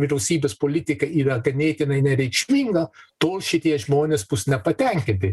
vyriausybės politika yra ganėtinai nereikšminga tol šitie žmonės bus nepatenkinti